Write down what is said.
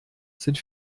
sind